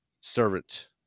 servant